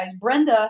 Brenda